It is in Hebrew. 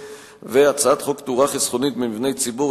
והצעת חוק תאורה חסכונית במבני ציבור,